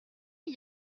riz